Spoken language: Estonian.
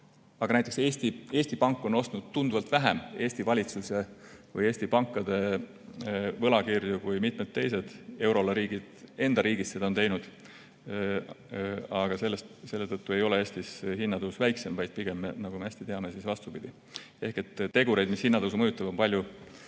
aga Eesti Pank on ostnud tunduvalt vähem Eesti valitsuse või Eesti pankade võlakirju kui mitmed teised euroala [keskpangad] enda riigis seda on teinud. Aga selle tõttu ei ole Eestis hinnatõus väiksem, vaid pigem, nagu me hästi teame, vastupidi. Ehk siis tegureid, mis hinnatõusu mõjutavad, on palju